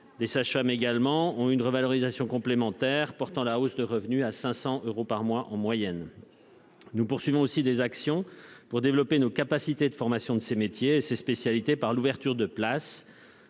Les sages-femmes ont connu également une revalorisation complémentaire, portant la hausse de revenus à 500 euros par mois en moyenne. Nous poursuivons en outre des actions pour développer nos capacités de formation dans ces métiers et ces spécialités par l'ouverture de places,